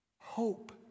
hope